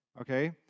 Okay